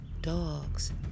dogs